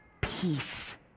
peace